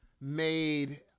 made